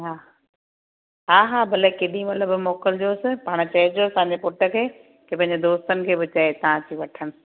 हा हा हा भले केॾी महिल बि मोकिलजोसि पाण चइजोसि तव्हांजे पुटु खे की पंहिंजे दोस्तनि खे बि चए हितां अची वठणु